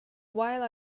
while